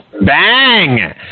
Bang